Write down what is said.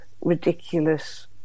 ridiculous